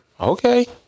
Okay